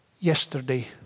Yesterday